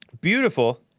beautiful